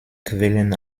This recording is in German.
quellen